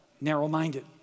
narrow-minded